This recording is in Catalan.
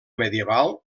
medieval